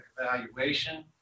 evaluation